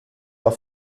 auf